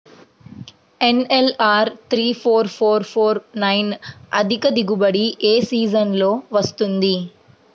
NLR three four four four nine అధిక దిగుబడి ఏ సీజన్లలో వస్తుంది?